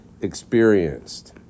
experienced